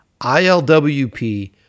ILWP